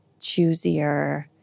choosier